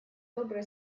добрые